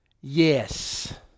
Yes